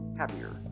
happier